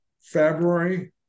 February